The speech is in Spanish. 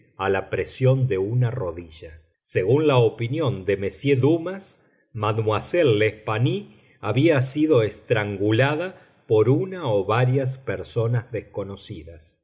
a la presión de una rodilla según la opinión de m dumas mademoiselle l'espanaye había sido estrangulada por una o varias personas desconocidas